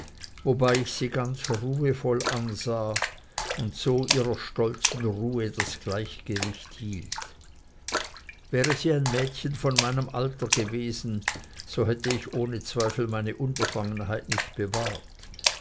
wobei ich sie ganz ruhevoll ansah und so ihrer stolzen ruhe das gleichgewicht hielt wäre sie ein mädchen von meinem alter gewesen so hätte ich ohne zweifel meine unbefangenheit nicht bewahrt